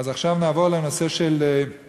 אז עכשיו נעבור לנושא הדיור.